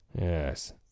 Yes